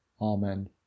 Amen